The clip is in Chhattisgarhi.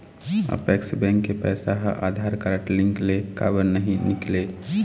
अपेक्स बैंक के पैसा हा आधार कारड लिंक ले काबर नहीं निकले?